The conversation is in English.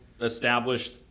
established